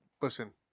listen